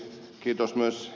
kiitos ed